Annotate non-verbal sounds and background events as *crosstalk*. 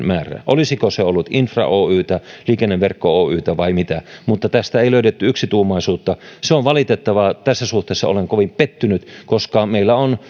*unintelligible* määrää olisiko se ollut infra oytä liikenneverkko oytä vai mitä mutta tästä ei löydetty yksituumaisuutta se on valitettavaa ja tässä suhteessa olen kovin pettynyt koska meillä on *unintelligible*